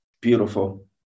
Beautiful